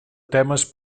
temes